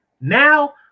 Now